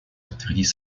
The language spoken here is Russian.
подтвердить